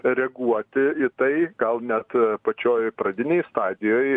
reaguoti į tai gal net pačioj pradinėj stadijoj